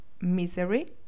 misery